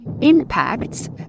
impacts